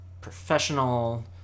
professional